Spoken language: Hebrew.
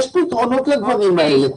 יש פתרונות לדברים האלה.